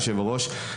היושב ראש,